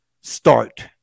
start